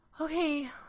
Okay